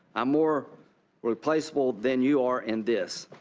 i'm more replaceable than you are in this.